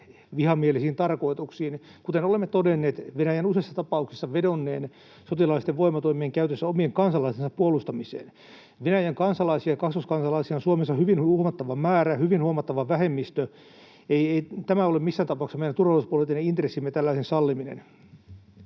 vihamielisiin tarkoituksiin, kuten olemme todenneet Venäjän useissa tapauksissa vedonneen sotilaallisten voimatoimien käytössä omien kansalaistensa puolustamiseen. Venäjän kansalaisia ja kaksoiskansalaisia on Suomessa hyvin huomattava määrä, he ovat hyvin huomattava vähemmistö. Ei ole missään tapauksessa meidän turvallisuuspoliittinen intressimme tällaisen salliminen.